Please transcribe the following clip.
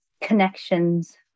connections